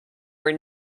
were